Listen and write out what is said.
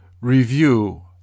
review